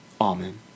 Amen